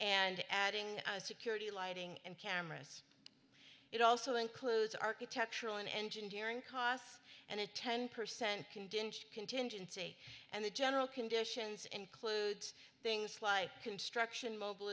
and adding security lighting and cameras it also includes architectural and engineering costs and a ten percent can dinged contingency and the general conditions includes things like construction mobil